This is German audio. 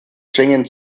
schengen